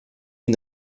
une